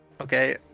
okay